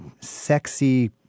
sexy